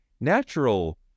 natural